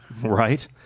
Right